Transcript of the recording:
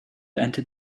entered